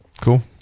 Cool